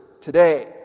today